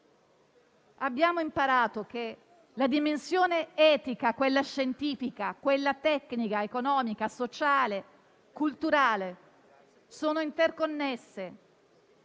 abbiamo imparato che la dimensione etica e quelle scientifica, tecnica, economica, sociale e culturale sono interconnesse